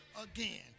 again